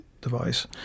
device